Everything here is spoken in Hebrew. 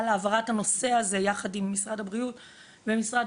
על העברת הנושא הזה יחד עם משרד הבריאות למשרד